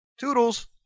Toodles